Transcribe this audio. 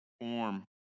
form